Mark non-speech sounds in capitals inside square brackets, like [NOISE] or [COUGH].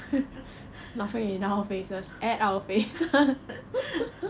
[LAUGHS]